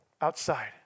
outside